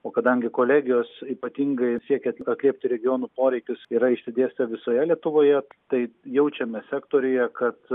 o kadangi kolegijos ypatingai siekiant atliepti regiono poreikius yra išsidėstę visoje lietuvoje tai jaučiame sektoriuje kad